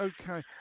Okay